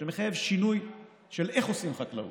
שמחייב שינוי באיך עושים חקלאות.